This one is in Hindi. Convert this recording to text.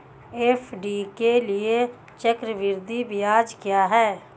एफ.डी के लिए चक्रवृद्धि ब्याज क्या है?